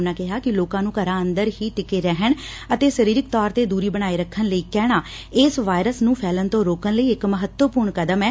ਉਨਾਂ ਕਿਹਾ ਕਿ ਲੋਕਾਂ ਨੰ ਘਰਾਂ ਅੰਦਰ ਹੀ ਟਿੱਕੇ ਰਹਿਣ ਅਤੇ ਸ਼ਰੀਰਕ ਤੌਰ ਤੇ ਦੂਰੀ ਬਣਾਏ ਰੱਖਣ ਲਈ ਕਹਿਣਾ ਇਸ ਵਾਇਰਸ ਨੂੰ ਫੈਲਣ ਤੋਂ ਰੋਕਣ ਲਈ ਇਕ ਮਹੱਤਵਪੂਰਨ ਕਦਮ ਐ